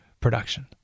production